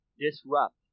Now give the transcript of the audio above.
disrupt